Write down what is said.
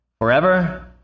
forever